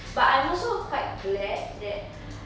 but I'm also quite glad that